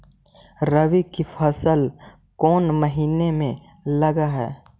रबी की फसल कोन महिना में लग है?